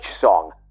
song